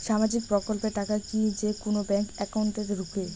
সামাজিক প্রকল্পের টাকা কি যে কুনো ব্যাংক একাউন্টে ঢুকে?